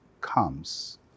comes